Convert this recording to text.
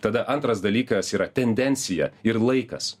tada antras dalykas yra tendencija ir laikas